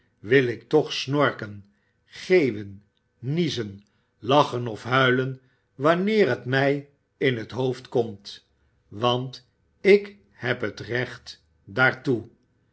wil ik toch snorken geeuwen niezen lachen of huilen wanneer het mij in t hoofd komt want ik heb het recht daartoe